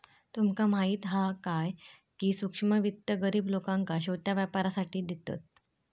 तुमका माहीत हा काय, की सूक्ष्म वित्त गरीब लोकांका छोट्या व्यापारासाठी देतत